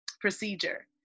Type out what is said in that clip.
procedure